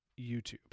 YouTube